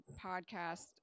podcast